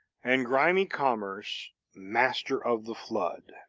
and grimy commerce master of the flood.